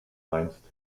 meinst